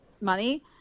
money